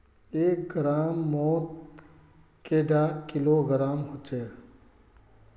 एक ग्राम मौत कैडा किलोग्राम होचे?